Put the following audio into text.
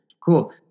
Cool